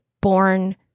born